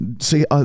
see